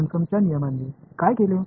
सिम्पसनच्या नियमांनी काय केले